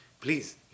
Please